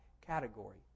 category